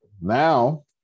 Now